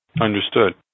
Understood